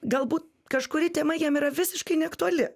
galbūt kažkuri tema jiem yra visiškai neaktuali